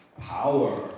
power